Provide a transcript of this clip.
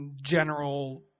general